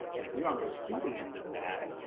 and if you're on the receiving end of that.